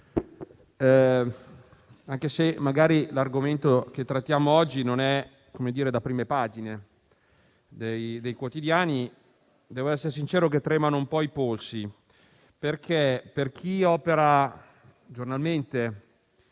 anche se l'argomento che trattiamo oggi magari non è da prime pagine dei quotidiani, devo essere sincero: tremano un po' i polsi. Per chi opera giornalmente